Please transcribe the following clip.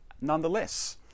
nonetheless